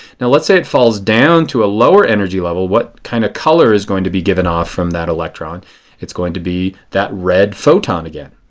now let's say it falls down to a lower energy level, what kind of color is going to be given off from that electron? it is going to be that red photon again.